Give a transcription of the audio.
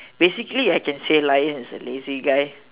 basically I can say lion is a lazy guy